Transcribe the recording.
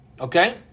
Okay